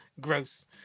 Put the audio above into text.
Gross